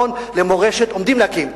עומדים להקים,